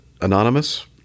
anonymous